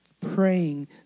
praying